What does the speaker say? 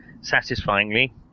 satisfyingly